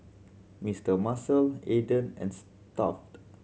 Mister Muscle Aden and Stuff'd